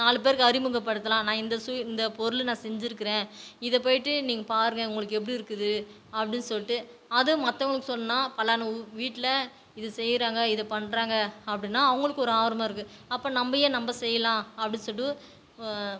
நாலு பேருக்கு அறிமுகப்படுத்தலாம் நான் இந்த சு இந்த பொருள் நான் செஞ்சிருக்கறேன் இத போயிட்டு நீங்கள் பாருங்கள் உங்களுக்கு எப்படி இருக்குது அப்படின்னு சொல்லிட்டு அது மற்றவங்களுக்கு சொன்னால் பல நு உ வீட்டில் இது செய்கிறாங்க இது பண்ணுறாங்க அப்படின்னா அவங்களுக்கும் ஒரு ஆர்வமாக இருக்குது அப்போ நம்ம ஏன் நம்ம செய்யலாம் அப்படின்னு சொல்லிட்டு